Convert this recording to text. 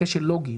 קשר לוגי.